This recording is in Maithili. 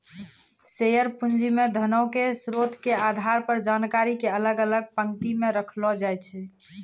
शेयर पूंजी मे धनो के स्रोतो के आधार पर जानकारी के अलग अलग पंक्ति मे रखलो जाय छै